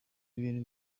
bintu